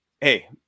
hey